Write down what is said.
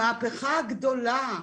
המהפכה הגדולה.